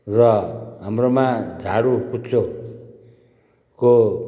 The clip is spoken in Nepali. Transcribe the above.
र हाम्रोमा झाडु कुच्चोको